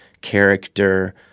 character